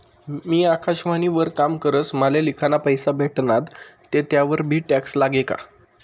मी आकाशवाणी वर काम करस माले लिखाना पैसा भेटनात ते त्यावर बी टॅक्स लागी का?